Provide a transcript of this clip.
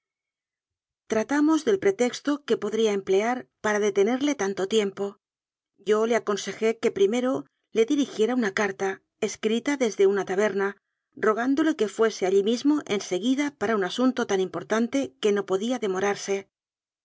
tratamos del pretexto que podría emplear para detenerle tanto tiempo yo le aconsejé que prime ro le dirigiera una carta escrita desde una taber na rogándole que fuese allí mismo en seguida para un asunto tan importante que no podía